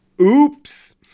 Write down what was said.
Oops